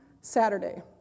Saturday